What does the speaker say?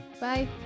Bye